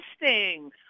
interesting